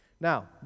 Now